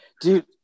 Dude